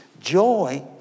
Joy